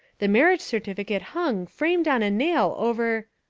the marriage certificate hung, framed, on a nail over.